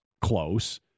close